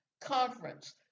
conference